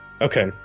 Okay